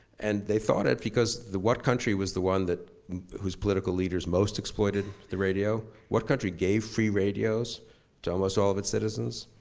and they thought it because the what country was the one whose political leaders most exploited the radio? what country gave free radios to almost all of its citizens?